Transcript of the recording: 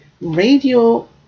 radio